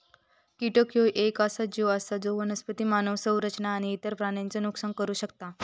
कीटक ह्यो येक असो जीव आसा जो वनस्पती, मानव संरचना आणि इतर प्राण्यांचा नुकसान करू शकता